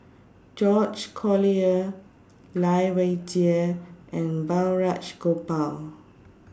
George Collyer Lai Weijie and Balraj Gopal